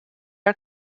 are